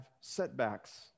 setbacks